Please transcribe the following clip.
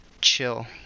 chill